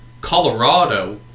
Colorado